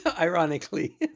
ironically